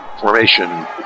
formation